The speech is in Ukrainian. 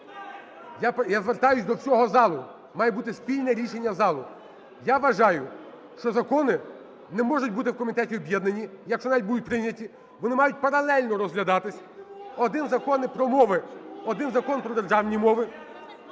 я звертаюсь до всього залу, має бути спільне рішення залу. Я вважаю, що закони не можуть бути в комітеті об'єднані, якщо навіть будуть прийняті. Вони мають паралельно розглядатись: один закон – про мови, один закон – про державну мову.